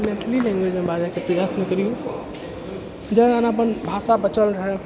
मैथिली लैँग्वेजमे बाजैके प्रयत्न करिऔ जे अपन भाषा बचल रहए